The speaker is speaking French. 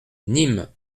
nîmes